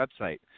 website